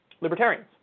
libertarians